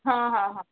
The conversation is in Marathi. हां हां हां